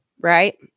right